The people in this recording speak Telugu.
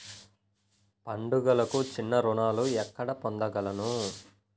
పండుగలకు చిన్న రుణాలు ఎక్కడ పొందగలను?